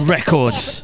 Records